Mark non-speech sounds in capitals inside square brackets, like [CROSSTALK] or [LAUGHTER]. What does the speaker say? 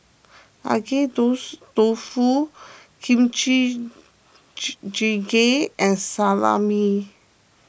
Agedashi Dofu Kimchi [UNINTELLIGIBLE] Jjigae and Salami